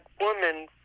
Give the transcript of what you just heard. woman